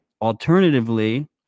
alternatively